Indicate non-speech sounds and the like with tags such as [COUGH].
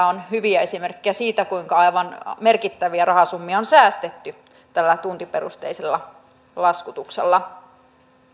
[UNINTELLIGIBLE] on hyviä esimerkkejä siitä kuinka aivan merkittäviä rahasummia on säästetty tällä tuntiperusteisella laskutuksella